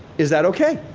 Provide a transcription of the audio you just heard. is that ok?